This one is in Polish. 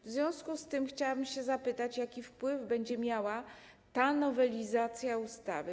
W związku z tym chciałabym się zapytać, jaki wpływ będzie miała ta nowelizacja ustawy.